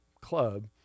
club